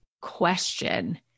question